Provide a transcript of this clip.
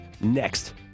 next